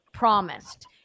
promised